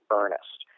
earnest